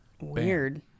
weird